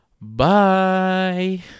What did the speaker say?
bye